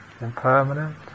impermanent